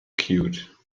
cute